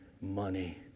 money